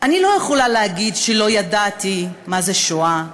אני לא יכולה להגיד שלא ידעתי מה זה שואה,